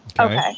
Okay